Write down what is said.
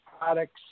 products